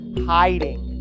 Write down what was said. hiding